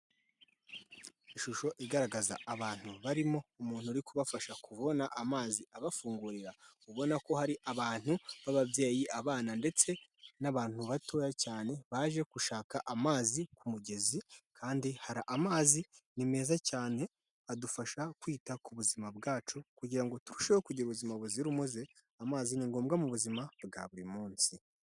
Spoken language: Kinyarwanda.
Ishusho igaragaza abantu barimo umuntu uri kubafasha kubona amazi abafungurira, ubona ko hari abantu b'ababyeyi, abana ndetse n'abantu batoya cyane baje gushaka amazi ku mugezi, kandi hari amazi ni meza cyane, adufasha kwita ku buzima bwacu kugira ngo turusheho kugira ubuzima buzira umuze. Amazi ni ngombwa mu buzima bwa buri munsi.